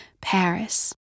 Paris